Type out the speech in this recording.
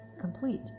complete